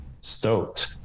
stoked